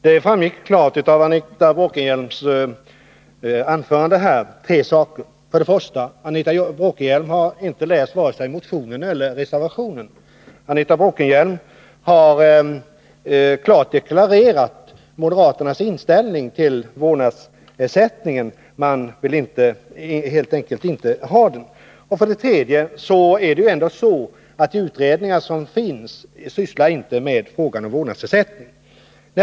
Herr talman! Av Anita Bråkenhielms anförande framgick klart tre saker. För det första: Anita Bråkenhielm har inte läst vare sig motionen eller reservationen. För det andra: Anita Bråkenhielm har klart deklarerat moderaternas inställning till vårdnadsersättningen. Man vill helt enkelt inte ha den. För det tredje: De utredningar som finns sysslar inte med frågan om vårdnadsersättning.